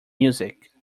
music